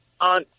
On